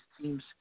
teams